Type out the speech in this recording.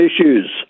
issues